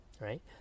right